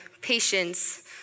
patience